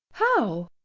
how?